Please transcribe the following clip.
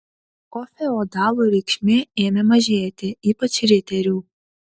o feodalų reikšmė ėmė mažėti ypač riterių